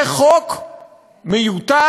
זה חוק מיותר,